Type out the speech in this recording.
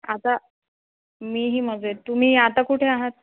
आता मीही मजेत तुम्ही आता कुठे आहात